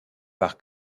par